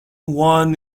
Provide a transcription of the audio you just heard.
won